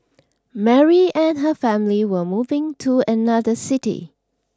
Mary and her family were moving to another city